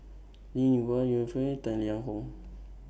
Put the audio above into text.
Linn in Hua Yong Foong Tang Liang Hong